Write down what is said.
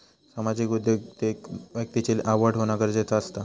सामाजिक उद्योगिकतेत व्यक्तिची आवड होना गरजेचा असता